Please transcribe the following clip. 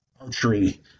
archery